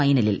ഫൈനലിൽ